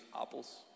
apples